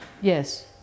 Yes